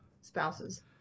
spouses